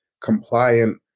compliant